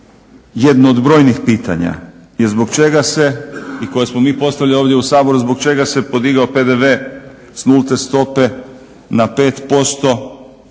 jedno od brojnih pitanja i zbog čega se i koje smo mi ovdje postavili u Saboru zbog čega se podigao PDV s nulte stope na 5%